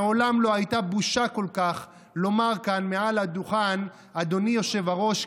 מעולם לא הייתה בושה כל כך לומר כאן מעל הדוכן "אדוני היושב-ראש,